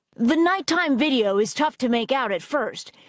the nighttime video is tough to make out at first.